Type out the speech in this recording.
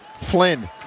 Flynn